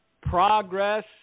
progress